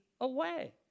away